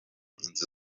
inzu